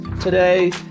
today